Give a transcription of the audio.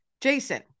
Jason